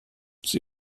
sie